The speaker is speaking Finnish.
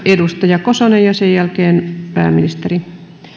edustaja kosonen ja sen jälkeen pääministeri